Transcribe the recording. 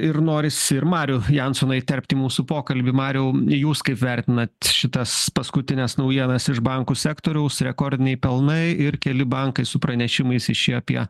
ir norisi ir marių jansoną įterpt į mūsų pokalbį mariau jūs kaip vertinat šitas paskutines naujienas iš bankų sektoriaus rekordiniai pelnai ir keli bankai su pranešimais išėjo apie